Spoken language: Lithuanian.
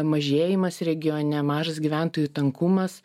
mažėjimas regione mažas gyventojų tankumas